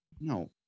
No